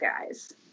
guys